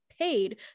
paid